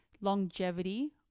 longevity